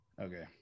okay